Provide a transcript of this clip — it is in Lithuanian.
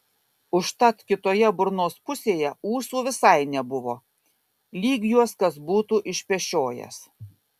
užtat kitoje burnos pusėje ūsų visai nebuvo lyg juos kas būtų išpešiojęs